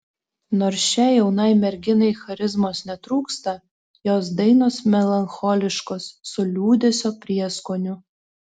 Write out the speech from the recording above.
nors šiai jaunai merginai charizmos netrūksta jos dainos melancholiškos su liūdesio prieskoniu